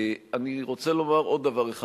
אני רוצה לומר עוד דבר אחד.